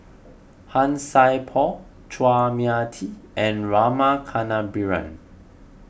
Han Sai Por Chua Mia Tee and Rama Kannabiran